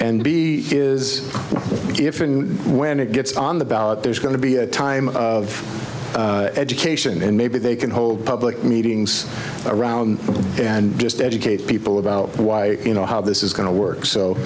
and b is if and when it gets on the ballot there's going to be a time of education and maybe they can hold public meetings around and just educate people about why you know how this is going to work so